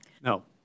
No